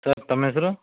sir ತಮ್ಮ ಹೆಸರು